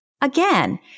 Again